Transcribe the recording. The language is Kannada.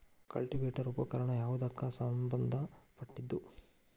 ಕಲ್ಟಿವೇಟರ ಉಪಕರಣ ಯಾವದಕ್ಕ ಸಂಬಂಧ ಪಟ್ಟಿದ್ದು?